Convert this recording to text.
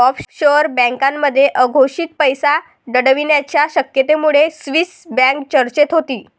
offshore बँकांमध्ये अघोषित पैसा दडवण्याच्या शक्यतेमुळे स्विस बँक चर्चेत होती